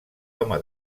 home